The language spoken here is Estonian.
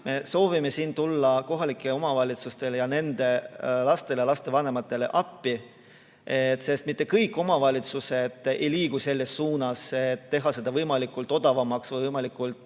Me soovime tulla kohalikele omavalitsustele ning nende lastele ja lastevanematele appi. Mitte kõik omavalitsused ei liigu selles suunas, et teha seda võimalikult odavaks, võimalikult